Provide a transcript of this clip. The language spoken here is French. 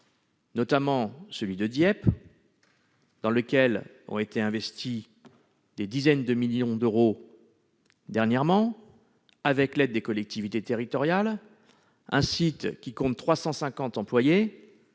notamment celui de Dieppe, dans lequel ont été investies des dizaines de millions d'euros dernièrement avec l'aide des collectivités territoriales. C'est un site qui compte 350 employés,